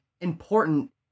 important